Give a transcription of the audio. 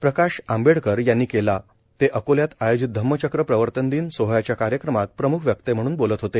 प्रकाश आंबेडकर यांनी केला ते अकोल्यात आयोजित धम्मचक्र प्रवर्तनदिन सोहळ्याच्या कार्यक्रमात प्रम्ख वक्ते म्हणून बोलत होते